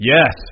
Yes